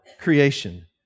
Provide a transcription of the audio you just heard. creation